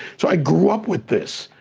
so i grew up with this,